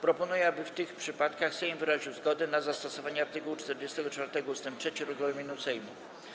Proponuję, aby w tych przypadkach Sejm wyraził zgodę na zastosowanie art. 44 ust. 3 regulaminu Sejmu.